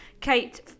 kate